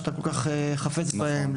שאתה כל כך חפץ בהן,